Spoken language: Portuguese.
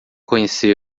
conhecê